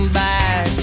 back